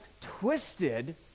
twisted